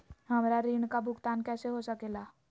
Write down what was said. हमरा ऋण का भुगतान कैसे हो सके ला?